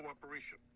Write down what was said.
cooperation